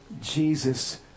Jesus